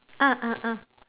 ah ah ah